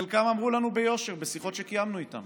חלקם אמרו לנו ביושר בשיחות שקיימנו איתם: